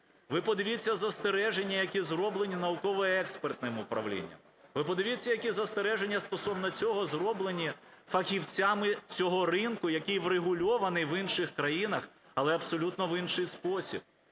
Ви подивіться застереження, які зроблені науково-експертним управлінням, ви подивіться, які застереження стосовно цього зроблені фахівцями цього ринку, який врегульований в інших країнах, але абсолютно в інший спосіб.